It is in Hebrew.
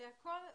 הכול קשור,